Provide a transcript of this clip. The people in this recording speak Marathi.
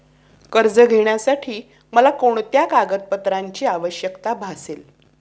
कर्ज घेण्यासाठी मला कोणत्या कागदपत्रांची आवश्यकता भासेल?